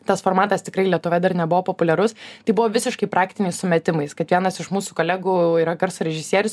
tas formatas tikrai lietuva dar nebuvo populiarus tai buvo visiškai praktiniais sumetimais kad vienas iš mūsų kolegų yra garso režisierius